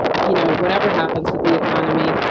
you know, whatever happens with the economy,